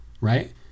right